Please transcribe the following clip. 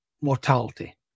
mortality